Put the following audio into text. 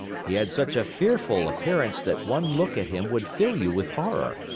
he had such a fearful appearance that one look at him would fill you with horror.